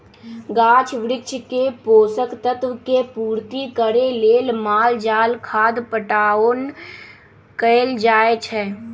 गाछ वृक्ष के पोषक तत्व के पूर्ति करे लेल माल जाल खाद पटाओन कएल जाए छै